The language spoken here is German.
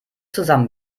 zusammen